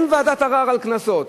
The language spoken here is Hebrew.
אין ועדת ערר על קנסות.